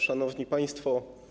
Szanowni Państwo!